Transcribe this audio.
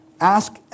ask